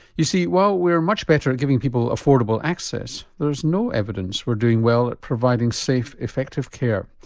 you see while we're much better at giving people affordable access, there is no evidence we're doing well at providing safe, effective care.